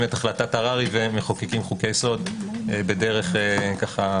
את החלטת הררי ומחוקקים חוקי יסוד בדרך לשיעורים,